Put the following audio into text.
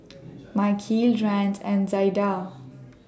Mikeal Rance and Zaida